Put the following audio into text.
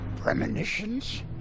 premonitions